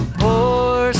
poor